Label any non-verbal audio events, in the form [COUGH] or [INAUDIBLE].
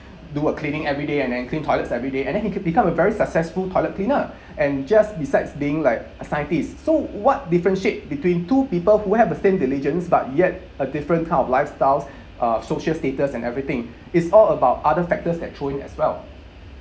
do a cleaning everyday and then clean toilets everyday and then he could become a very successful toilet cleaner [BREATH] and just besides being like a scientist so what differentiate between two people who have the same diligence but yet a different kind of lifestyles [BREATH] uh social status and everything is all about other factors that throw in as well